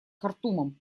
хартумом